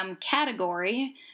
category